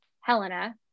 Helena